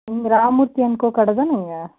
நீங்கள் இராம்மூர்த்தி அன்கோ கடை தானே நீங்கள்